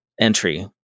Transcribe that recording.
entry